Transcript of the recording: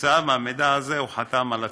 וכתוצאה מהמידע הזה הוא חתם על הצווים.